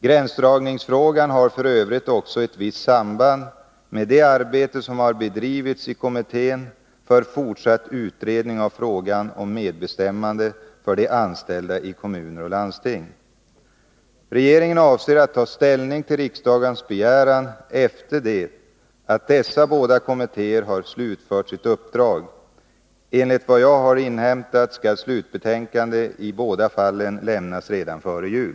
Gränsdragningsfrågan har f. ö. också ett visst samband med det arbete som har bedrivits i kommittén för fortsatt utredning av frågan om medbestämmande för de anställda i kommuner och landsting. Regeringen avser att ta ställning till riksdagens begäran efter det att dessa båda kommittéer har slutfört sina uppdrag. Enligt vad jag har inhämtat skall slutbetänkande i båda fallen lämnas redan före jul.